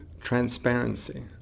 Transparency